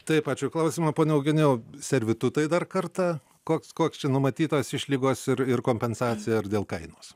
taip ačiū klausimą pone eugenijau servitutai dar kartą koks koks čia numatytos išlygos ir ir kompensacija ir dėl kainos